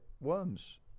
worms